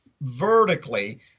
vertically